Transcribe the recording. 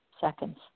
seconds